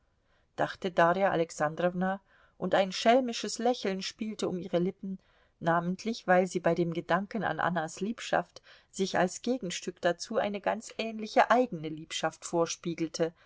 dachte darja alexandrowna und ein schelmisches lächeln spielte um ihre lippen namentlich weil sie bei dem gedanken an annas liebschaft sich als gegenstück dazu eine ganz ähnliche eigene liebschaft vorspiegelte